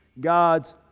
God's